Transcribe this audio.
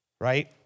right